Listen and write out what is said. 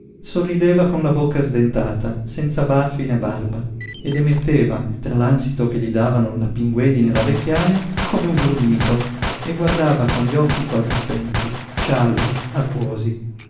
sorrideva con la bocca sdentata senza baffi né barba ed emetteva tra l'ànsito che gli davano la pinguedine e la vecchiaja come un grugnito e guardava con gli occhi quasi spenti scialbi acquosi